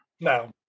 No